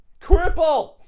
cripple